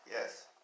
Yes